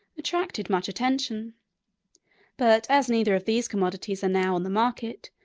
attracted much attention but, as neither of these commodities are now on the market,